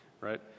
right